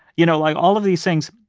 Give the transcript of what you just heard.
you know like all of these things,